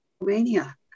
Romania